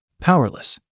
powerless